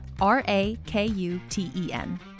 R-A-K-U-T-E-N